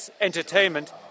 entertainment